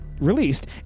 released